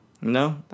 No